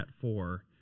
four